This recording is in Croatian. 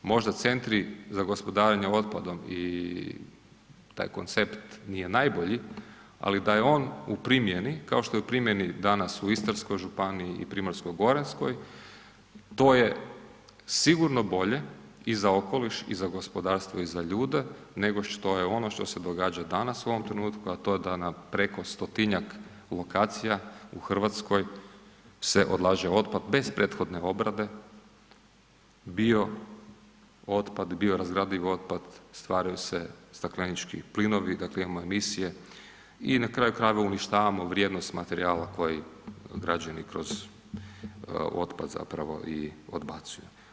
Možda centri za gospodarenje otpadom i taj koncept nije najbolji, ali da je on u primjeni kao što je u primjeni danas u Istarskoj županiji i Primorsko-goranskoj, to je sigurno bolje i za okoliš i za gospodarstvo i za ljude nego što je ono što se događa danas u ovom trenutku, a to je da na preko stotinjak lokacija u Hrvatskoj se odlaže otpad bez prethodne obrade, bio otpad, bio razgradiv otpad stvaraju se staklenički plinovi, dakle imamo emisije i na kraju krajeva uništavamo vrijednost materijala koji građani kroz otpad zapravo i odbacuju.